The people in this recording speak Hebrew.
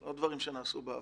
לא דברים שנעשו בעבר.